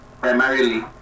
primarily